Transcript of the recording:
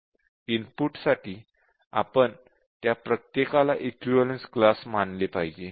input साठी आपण त्या प्रत्येकाला इक्विवलेन्स क्लास मानले पाहिजे